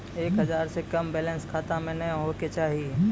एक हजार से कम बैलेंस खाता मे नैय होय के चाही